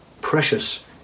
precious